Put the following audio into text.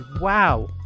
wow